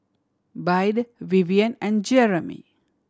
Byrd Vivien and Jeremy